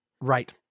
right